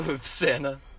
Santa